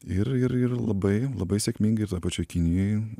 ir ir ir labai labai sėkmingai ir toj pačioj kinijoj